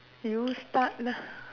you start lah